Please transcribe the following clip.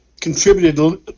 contributed